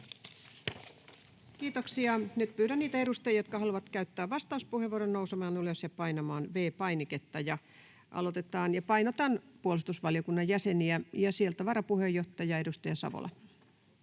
Kiitoksia. — Nyt pyydän niitä edustajia, jotka haluavat käyttää vastauspuheenvuoron, nousemaan ylös ja painamaan V-painiketta. Aloitetaan, ja painotan puolustusvaliokunnan jäseniä. — Sieltä varapuheenjohtaja, edustaja Savola.